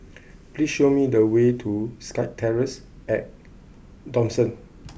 please show me the way to SkyTerrace at Dawson